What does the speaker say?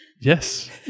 Yes